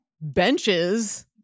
benches